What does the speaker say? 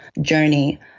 journey